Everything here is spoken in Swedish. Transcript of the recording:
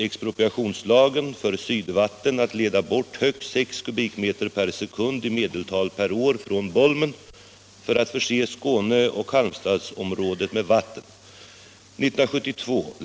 Arbetena med Nr 46 en tunnel från Bolmen påbörjades 1975.